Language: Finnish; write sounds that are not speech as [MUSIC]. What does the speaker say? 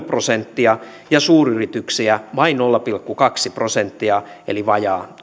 [UNINTELLIGIBLE] prosenttia ja suuryrityksiä vain nolla pilkku kaksi prosenttia eli vajaa